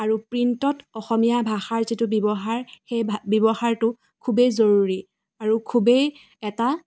আৰু প্ৰিণ্টত অসমীয়া ভাষাৰ যিটো ব্যৱহাৰ সেই ভা ব্যৱহাৰটো খুবেই জৰুৰী আৰু খুবেই এটা